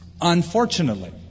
Unfortunately